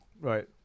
Right